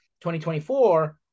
2024